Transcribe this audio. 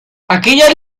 aquella